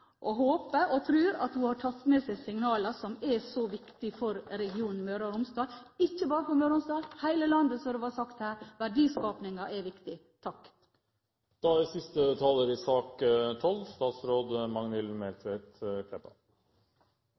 og håper og tror at hun har tatt med seg signalene, som er så viktige for regionen Møre og Romsdal, og ikke bare for Møre og Romsdal, men for hele landet, som det ble sagt her. Verdiskapingen er viktig.